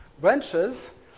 branches